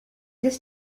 this